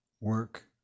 work